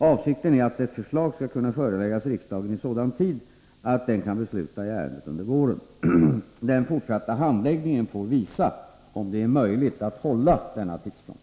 Avsikten är att ett förslag skall kunna föreläggas riksdagen i sådan tid att denna kan besluta i ärendet under våren. Den fortsatta handläggningen får visa om det är möjligt att hålla tidsplanen.